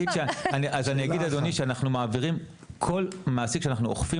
אז אני אגיד לאדוני שכל מעסיק שאנחנו אוכפים